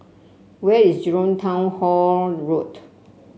where is Jurong Town Hall Road